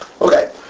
Okay